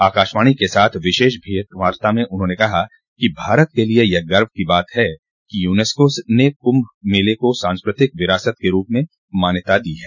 आकाशवाणी के साथ विशेष भेंटवार्ता में उन्होंने कहा कि भारत के लिए यह गर्व की बात है कि यूनेस्को ने कुम्भ मेले को सांस्कृतिक विरासत के रूप में मान्यता दी है